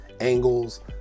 angles